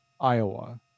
Iowa